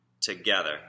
together